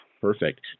Perfect